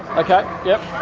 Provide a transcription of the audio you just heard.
ok, yep.